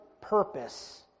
purpose